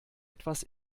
etwas